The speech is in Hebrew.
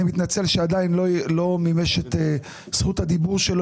אני מתנצל שלא מימש את זכות הדיבור שלו